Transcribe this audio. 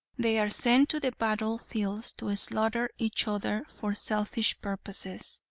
they are sent to the battle-fields to slaughter each other for selfish purposes.